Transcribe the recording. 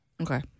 Okay